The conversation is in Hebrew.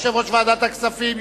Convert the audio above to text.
יושב-ראש ועדת הכספים,